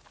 poster